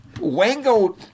Wango